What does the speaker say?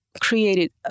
created